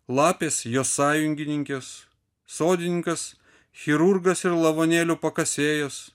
lapės jo sąjungininkės sodininkas chirurgas ir lavonėlių pakasėjas